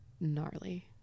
gnarly